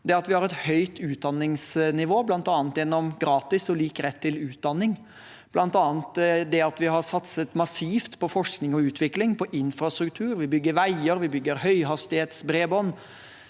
vi har et høyt utdanningsnivå bl.a. gjennom gratis og lik rett til utdanning, at vi har satset massivt på forskning og utvikling, på infrastruktur, at vi bygger veier og høyhastighetsbredbånd,